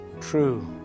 true